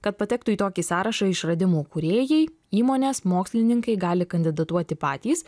kad patektų į tokį sąrašą išradimų kūrėjai įmonės mokslininkai gali kandidatuoti patys